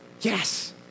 yes